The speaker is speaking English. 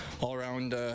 all-around